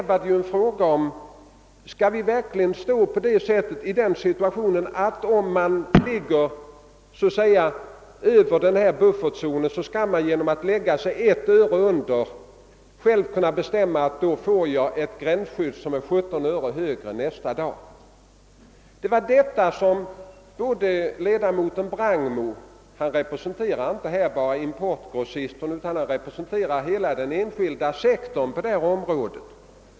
Vad frågan gäller är, om man i en situation, då priset ligger över den nedre gränsen av buffertzonen, skall kunna genom att lägga sig ett öre under denna gräns själv bestämma att man redan nästa dag skall få ett gränsskydd som är 17 öre högre. Det är detta det här är fråga om och som i jordbruksnämnden ledamoten Brangmo reagerade mot — han representerar här inte bara importgrossisterna utan hela den enskilda sektorn på detta område.